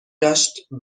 داشت